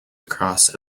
across